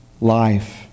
life